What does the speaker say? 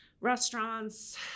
restaurants